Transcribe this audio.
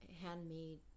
handmade